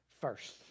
first